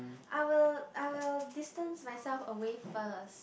I will I will distance myself away first